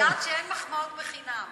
היא יודעת שאין מחמאות חינם.